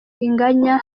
inganya